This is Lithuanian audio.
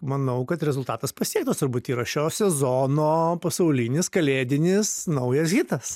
manau kad rezultatas pasiektas turbūt yra šio sezono pasaulinis kalėdinis naujas hitas